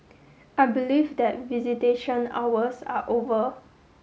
I believe that visitation hours are over